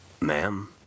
Ma'am